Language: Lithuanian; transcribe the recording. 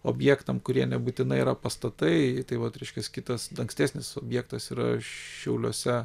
objektam kurie nebūtinai yra pastatai tai vat reiškias kitas ankstesnis objektas yra šiauliuose